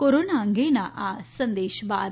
corona અંગેના આ સંદેશ બાદ